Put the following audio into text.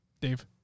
Dave